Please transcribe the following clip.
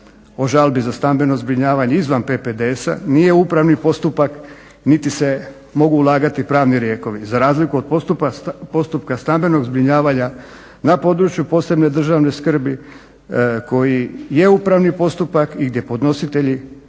o žalbi za stambeno zbrinjavanje izvan PPDS-a nije upravni postupak niti se mogu ulagati pravni lijekovi, za razliku od postupaka stambenog zbrinjavanja na području posebne državni skrbi koji je upravni postupak i gdje podnositelji